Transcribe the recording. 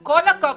עם כל הכבוד